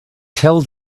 tell